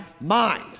mind